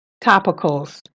topicals